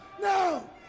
No